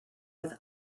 with